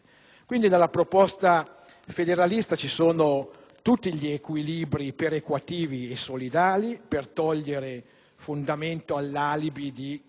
locale. Nella proposta federalista sono contenuti tutti gli equilibri perequativi e solidali per togliere fondamento all'alibi di